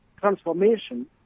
transformation